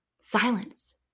silence